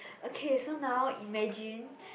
okay so now imagine